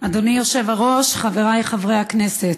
אדוני היושב-ראש, חברי חברי הכנסת,